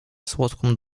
słodką